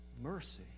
mercy